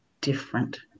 different